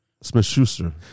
Smith-Schuster